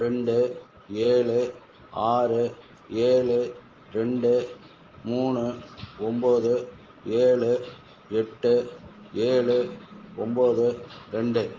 ரெண்டு ஏழு ஆறு ஏழு ரெண்டு மூணு ஒம்போது ஏழு எட்டு ஏழு ஒம்போது ரெண்டு